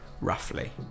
roughly